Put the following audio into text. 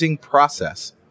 process